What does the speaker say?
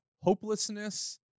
hopelessness